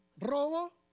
Robo